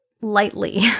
lightly